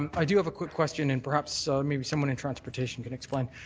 um i do have a quick question and perhaps so maybe someone in transportation can explain,